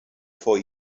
vor